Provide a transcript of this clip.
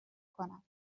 کند